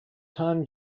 time